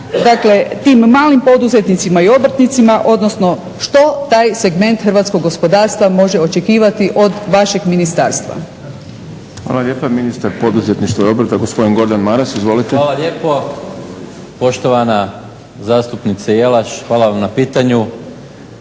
dakle tim malim poduzetnicima i obrtnicima odnosno što taj segment hrvatskog gospodarstva može očekivati od vašeg ministarstva. **Šprem, Boris (SDP)** Hvala lijepa. Ministar poduzetništva i obrta gospodin Gordan Maras. Izvolite. **Maras, Gordan (SDP)** Hvala lijepo, poštovana zastupnice Jelaš. Hvala vam na pitanju.